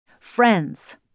Friends